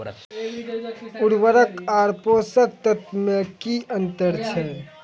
उर्वरक आर पोसक तत्व मे की अन्तर छै?